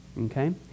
okay